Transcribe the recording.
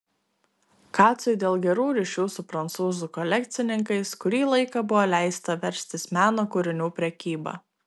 kacui dėl gerų ryšių su prancūzų kolekcininkais kurį laiką buvo leista verstis meno kūrinių prekyba